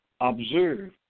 observe